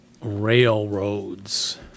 Railroads